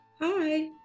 Hi